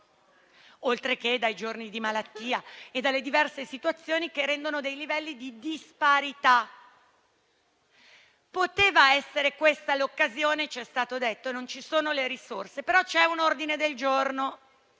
oltre che dai giorni di malattia e dalle diverse situazioni che creano livelli di disparità. Poteva essere questa l'occasione. Ci è stato detto che non ci sono le risorse, però c'è un ordine del giorno